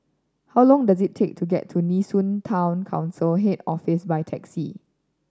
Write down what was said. how long does it take to get to Nee Soon Town Council Head Office by taxi